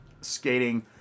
skating